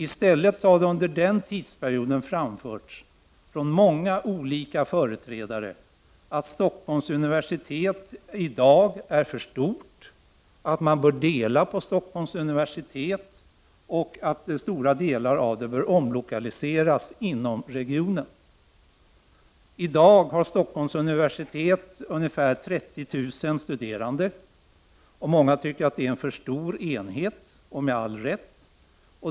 I stället har det under den tidsperioden framförts från många olika företrädare att Stockholms universitet i dag är för stort, att man bör dela på Stockholms universitet och att stora delar av det bör omlokaliseras inom regionen. I dag har Stockholms universitet ungefär 30 000 studerande. Många tycker att det är en för stor enhet och med all rätt.